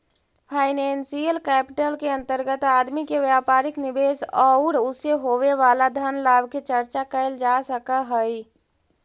financial capital के अंतर्गत आदमी के व्यापारिक निवेश औउर उसे होवे वाला धन लाभ के चर्चा कैल जा सकऽ हई